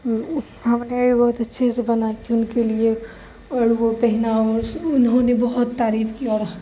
ہم نے بھی بہت اچھے سے بنا تھا ان کے لیے اور وہ پہنا انہوں نے بہت تعریف کی اور